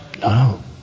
No